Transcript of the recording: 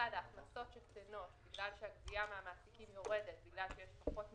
לצד ההכנסות שקטנות בגלל שהגבייה מהמעסיקים יורדת כי ישנן פחות מועסקים,